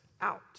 out